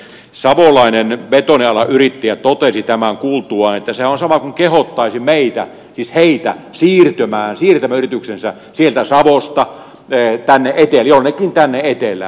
savolainen betonialan yrittäjä totesi tämän kuultuaan että sehän on sama kuin kehottaisi heitä siirtämään yrityksensä sieltä savosta jonnekin tänne etelään